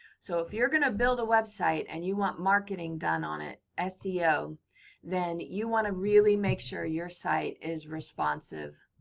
so if you're going to build a website and you want marketing done on it, seo. then, you want to really make sure your site is responsive.